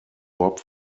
bob